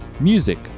Music